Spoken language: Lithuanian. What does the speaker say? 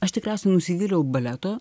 aš tikriausiai nusivyliau baleto